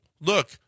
look